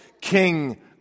King